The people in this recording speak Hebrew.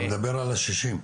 אתה מדבר על השישים?